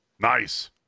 Nice